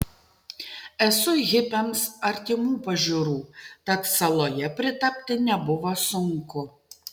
esu hipiams artimų pažiūrų tad saloje pritapti nebuvo sunku